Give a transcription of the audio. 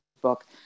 book